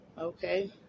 Okay